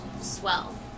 Swell